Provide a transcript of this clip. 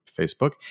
Facebook